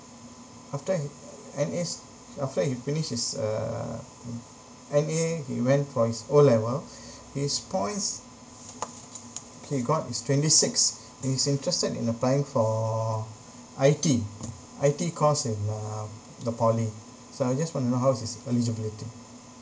after he N_A's after he finished his uh mm N_A he went for his O level his points he got is twenty six he's interested in applying for I_T I_T course in um the poly so I was just want to know how is his eligibility